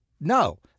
no